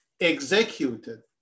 executed